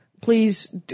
Please